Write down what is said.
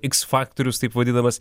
iks faktorius taip vadinamas